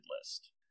list